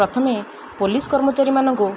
ପ୍ରଥମେ ପୋଲିସ୍ କର୍ମଚାରୀମାନଙ୍କୁ